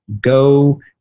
go